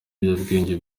ibiyobyabwenge